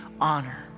honor